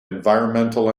environmental